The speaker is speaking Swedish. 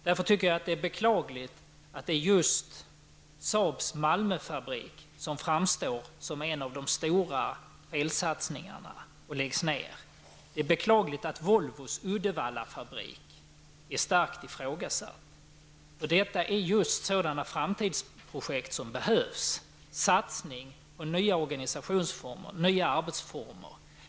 Jag tycker därför att det är beklagligt att det är just Saabs Malmöfabrik som framstår som en av de stora felsatsningarna och som läggs ned. Det är beklagligt att Volvos Uddevallafabrik är starkt ifrågasatt. Detta är just sådana framtidsprojekt som behövs, satsningar på nya organisationsformer och nya arbetsformer.